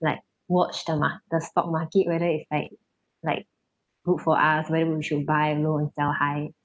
like watch the mar~ the stock market whether it's like like good for us whether we should buy low and sell high